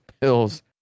pills